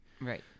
right